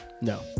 No